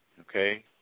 Okay